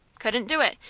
couldn't do it.